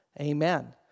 Amen